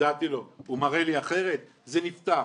הודעתי לו, הוא מראה לי אחרת, זה נפתח.